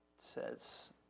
says